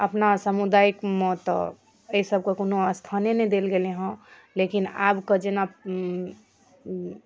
अपना सामुदायिकमे तऽ एहि सभकऽ तऽ कोनो स्थाने नहि देल गेलैहँ लेकिन आब कऽ जेना ओ